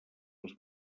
els